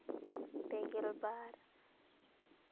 ᱯᱮᱜᱮᱞ ᱵᱟᱨ